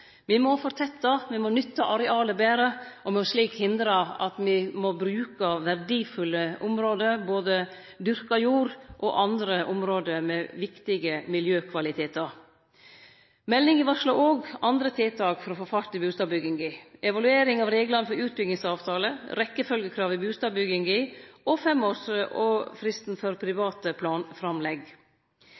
Me må fortette, me må nytte areala betre, og slik hindre at me brukar verdifulle område, både dyrka jord og andre område med viktige miljøkvalitetar. Meldinga varslar òg andre tiltak for å få fart i bustadbygginga – evaluering av reglane for utbyggingsavtalar, rekkjefølgjekrav i bustadbygginga og femårsfristen for private planframlegg.